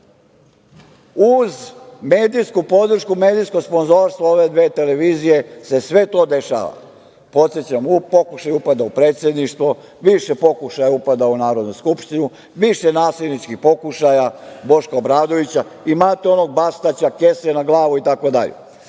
uz medijsku podršku, medijsko sponzorstvo ove dve televizije se sve to dešava. Podsećam, pokušaj upada u Predsedništvo, više pokušaja upada u Narodnu skupštinu, više nasilničkih pokušaja Boška Obradovića. Imate onog Bastaća, kese na glavu itd.